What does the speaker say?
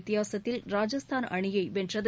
வித்தியாசத்தில் ராஜஸ்தான் அணியை வென்றது